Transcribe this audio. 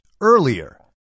earlier